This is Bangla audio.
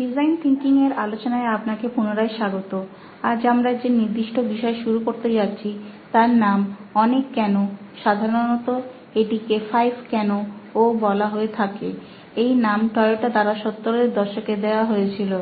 ডিজাইন থিংকিং এর আলোচনায় আপনাকে পুনরায় স্বাগত আজ আমরা যে নির্দিষ্ট বিষয় শুরু করতে যাচ্ছি তার নাম অনেক কেন সাধারণত এটিকে 5 কেন ও বলা হয়ে থাকে এই নাম টয়োটা দ্বারা সত্তরের দশকে দেয়া হয়েছিল